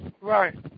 Right